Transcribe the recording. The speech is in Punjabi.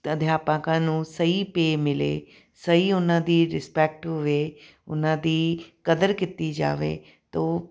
ਅਧਿਆਪਕਾਂ ਨੂੰ ਸਹੀ ਪੇ ਮਿਲੇ ਸਹੀ ਉਹਨਾਂ ਦੀ ਰਿਸਪੈਕਟ ਹੋਵੇ ਉਹਨਾਂ ਦੀ ਕਦਰ ਕੀਤੀ ਜਾਵੇ ਤੋ